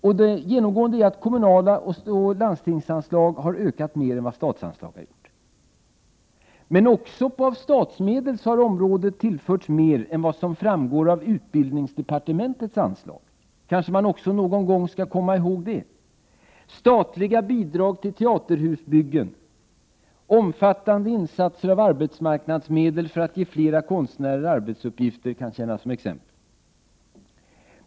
Genomgående är alltså att kommunaloch landstingsanslagen har ökat mer än statsanslagen. Men även av statsmedel har området tillförts mer än vad som framgår av utbildningsdepartementets anslag. Kanske skall man någon gång också komma ihåg det. Statliga bidrag till teaterhusbyggen och omfattande insatser av arbetsmarknadsmedel för att ge flera konstnärer arbetsuppgifter kan tjäna som exempel.